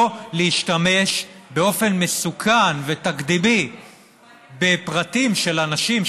להשתמש באופן מסוכן ותקדימי בפרטים של אנשים,